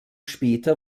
später